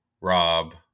Rob